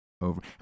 over